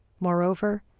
moreover,